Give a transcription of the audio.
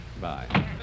Bye